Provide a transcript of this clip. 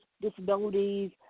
disabilities